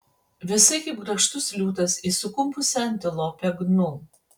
visai kaip grakštus liūtas į sukumpusią antilopę gnu